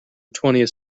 twentieth